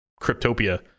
Cryptopia